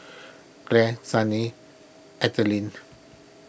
Clare Sunny Ethelene